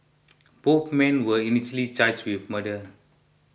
both men were initially charged with murder